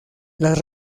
las